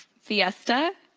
fiesta.